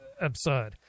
absurd